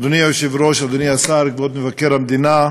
אדוני היושב-ראש, אדוני השר, כבוד מבקר המדינה,